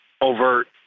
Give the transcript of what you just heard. overt